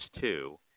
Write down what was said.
two